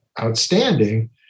outstanding